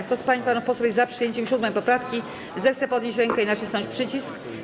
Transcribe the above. Kto z pań i panów posłów jest za przyjęciem 7. poprawki, zechce podnieść rękę i nacisnąć przycisk.